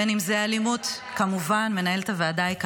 בין אם זה אלימות --- מנהלת הוועדה.